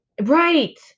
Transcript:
Right